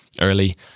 early